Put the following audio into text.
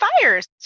fires